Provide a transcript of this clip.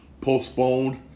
postponed